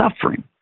suffering